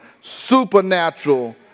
supernatural